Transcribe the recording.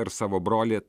ir savo brolį